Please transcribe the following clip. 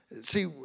See